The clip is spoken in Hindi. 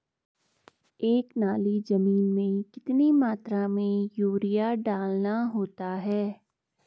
एक नाली जमीन में कितनी मात्रा में यूरिया डालना होता है?